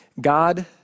God